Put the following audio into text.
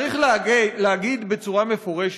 צריך להגיד בצורה מפורשת,